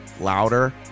louder